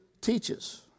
teaches